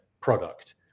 product